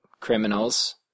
criminals